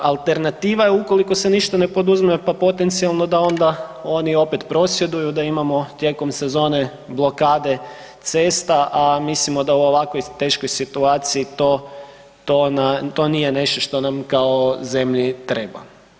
Alternativa je ukoliko se ništa ne poduzima pa potencijalno da onda oni opet prosvjeduju, da imamo tijekom sezone blokade cesta a mislimo da u ovakvoj teško situaciji to nije nešto što nam kao zemlji treba.